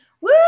Woo